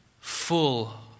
full